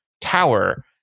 tower